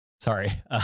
sorry